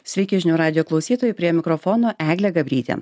sveiki žinių radijo klausytojai prie mikrofono eglė gabrytė